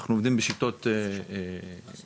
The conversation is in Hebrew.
אנחנו עובדים בשיטות מסוימות,